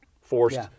forced